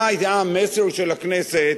מה היה המסר של הכנסת